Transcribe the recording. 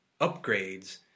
upgrades